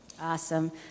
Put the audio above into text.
Awesome